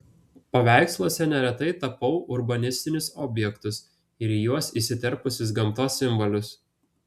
paveiksluose neretai tapau urbanistinius objektus ir į juos įsiterpusius gamtos simbolius